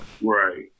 right